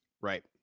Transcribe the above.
Right